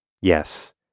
Yes